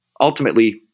Ultimately